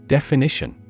Definition